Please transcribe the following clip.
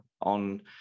on